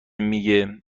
میگه